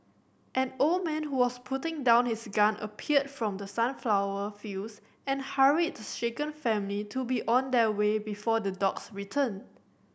an old man who was putting down his gun appeared from the sunflower fields and hurried the shaken family to be on their way before the dogs return